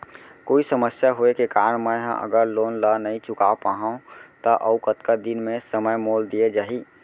कोई समस्या होये के कारण मैं हा अगर लोन ला नही चुका पाहव त अऊ कतका दिन में समय मोल दीये जाही?